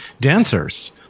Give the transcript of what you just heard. dancers